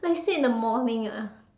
like swim in the morning ah